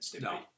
No